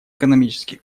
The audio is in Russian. экономический